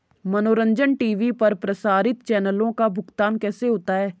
मनोरंजन टी.वी पर प्रसारित चैनलों का भुगतान कैसे होता है?